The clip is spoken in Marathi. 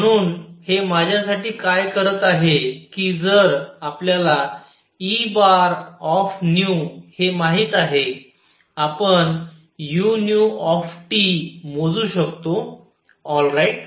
म्हणून हे माझ्यासाठी काय करत आहे कि जर आपल्याला Eν हे माहित आहे आपण u मोजू शकतो आलराइट